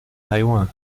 taiwan